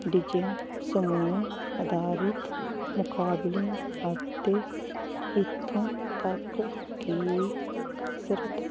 DJing ਸਮੂਹ ਅਧਾਰਿਤ ਮੁਕਾਬਲਿਆ ਅਤੇ ਇੱਥੋਂ ਤੱਕ ਕਿ ਕਸਰਤ